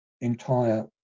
entire